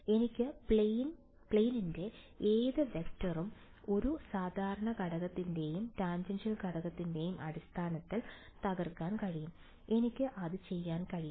എനിക്ക് പ്ലെയിൻ ഇൻറെ ഏത് വെക്റ്ററും ഒരു സാധാരണ ഘടകത്തിന്റെയും ടാൻജൻഷ്യൽ ഘടകത്തിന്റെയും അടിസ്ഥാനത്തിൽ തകർക്കാൻ കഴിയും എനിക്ക് അത് ചെയ്യാൻ കഴിയും